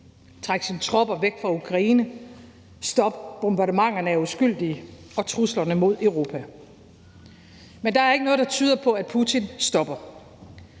trække sine tropper væk fra Ukraine, stoppe bombardementerne af uskyldige og truslerne mod Europa. Men der er ikke noget, der tyder på, at Putin stopper.